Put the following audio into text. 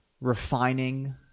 refining